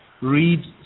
read